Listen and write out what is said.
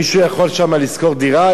מישהו יכול שם לשכור דירה?